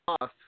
off